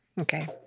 Okay